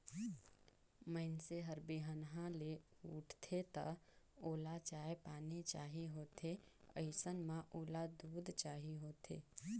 मइनसे हर बिहनहा ले उठथे त ओला चाय पानी चाही होथे अइसन म ओला दूद चाही होथे